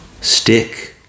Stick